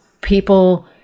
people